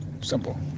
simple